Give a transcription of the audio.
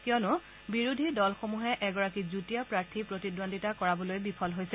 কিয়নো বিৰোধী দলসমূহে এগৰাকী যুটীয়া প্ৰাৰ্থী প্ৰতিদ্বন্দ্বিতা কৰাবলৈ বিফল হৈছে